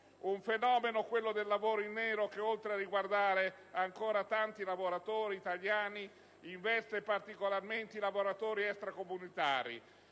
Un fenomeno, quello del lavoro in nero, che, oltre a riguardare ancora tanti lavoratori italiani, investe particolarmente i lavoratori extracomunitari.